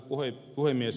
arvoisa puhemies